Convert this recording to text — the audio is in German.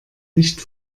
nicht